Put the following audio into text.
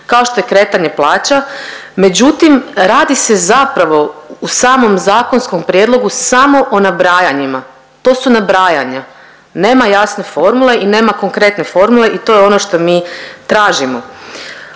kao što je kretanje plaća, međutim radi se zapravo u samom zakonskom prijedlogu samo o nabrajanjima. To su nabrajanja, nema jasne formule i nema konkretne formule i to je ono što mi tražimo.